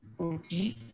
Okay